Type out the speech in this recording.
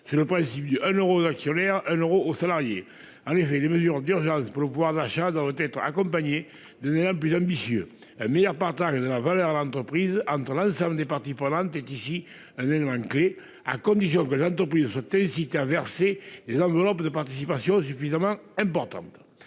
selon le principe :« 1 euro aux actionnaires, 1 euro aux salariés ». En effet, les mesures d'urgence pour le pouvoir d'achat doivent être accompagnées d'un élan plus ambitieux. Un meilleur partage de la valeur en entreprise entre l'ensemble des parties prenantes est ici un élément clé, à condition que les entreprises soient incitées à verser des enveloppes de participation suffisamment importantes.